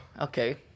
Okay